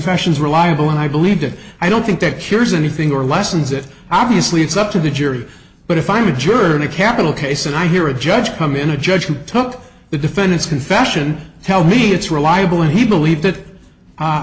confessions reliable and i believe that i don't think that cures anything or lessens it obviously it's up to the jury but if i'm a juror in a capital case and i hear a judge come in a judge who took the defendant's confession tell me it's reliable and he believed it a